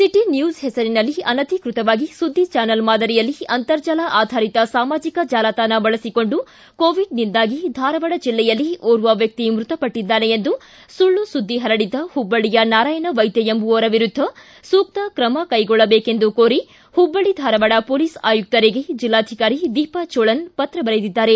city news ಹೆಸರಿನಲ್ಲಿ ಅನಧಿಕೃತವಾಗಿ ಸುದ್ದಿ ಚಾನೆಲ್ ಮಾದರಿಯಲ್ಲಿ ಅಂತರ್ಜಾಲ ಆಧಾರಿತ ಸಾಮಾಜಿಕ ಜಾಲತಾಣ ಬಳಸಿಕೊಂಡು ಕೋವಿಡ್ನಿಂದಾಗಿ ಧಾರವಾಡ ಜಿಲ್ಲೆಯಲ್ಲಿ ಓರ್ವ ಮ್ಯಕ್ತಿ ಮೃತಪಟ್ಟದ್ದಾನೆ ಎಂಬ ಸುಳ್ಳು ಸುದ್ದಿ ಹರಡಿದ ಹುಬ್ಬಳ್ಳಿಯ ನಾರಾಯಣ ವೈದ್ಯ ಎಂಬುವರ ವಿರುದ್ದ ಸೂಕ್ತ ಕ್ರಮ ಕೈಗೊಳ್ಳಬೇಕೆಂದು ಕೋರಿ ಹುಬ್ಬಳ್ಳ ಧಾರವಾಡ ಪೊಲೀಸ್ ಆಯುಕ್ತರಿಗೆ ಜೆಲ್ಲಾಧಿಕಾರಿ ದೀಪಾ ಚೋಳನ್ ಪತ್ರ ಬರೆದಿದ್ದಾರೆ